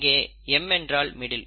இங்கே M என்றால் middle